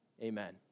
Amen